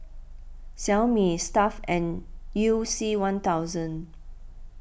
Xiaomi Stuff'd and You C one thousand